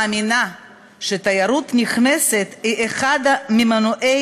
מאמינה שתיירות נכנסת היא אחד ממנועי